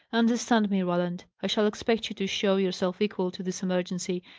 understand me, roland i shall expect you to show yourself equal to this emergency.